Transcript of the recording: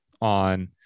on